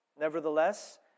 Nevertheless